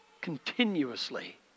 continuously